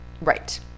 right